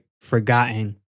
forgotten